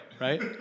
right